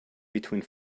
between